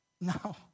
No